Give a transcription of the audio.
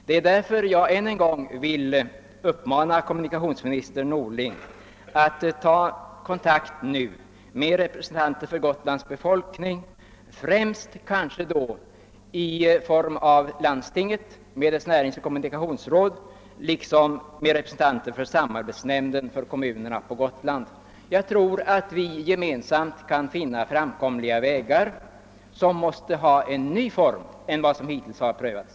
Därför vill jag än en gång uppmana kommunikationsminister Norling att ta kontakt med representanter för Gotlands befolkning, först och främst med landstingets näringsoch kommunikationsråd och med representanter för samarbetsnämnden för Gotlands kommuner. Jag tror att vi gemensamt skall kunna finna framkomliga vägar, som måste vara andra än de som hittills prövats.